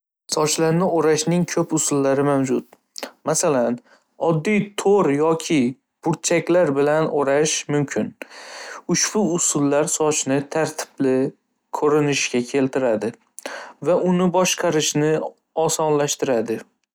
Sochlarni o'rashning ko'p usullari mavjud. Masalan, oddiy to'r yoki burchaklar bilan o'rash mumkin. Ushbu usullar sochni tartibli ko'rinishga keltiradi va uni boshqarishni osonlashtiradi.